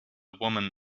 woman